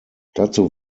dazu